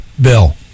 Bill